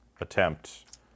attempt